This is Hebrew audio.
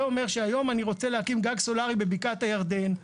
אומר שהיום אני רוצה להקים גג סולארי בבקעת הירדן,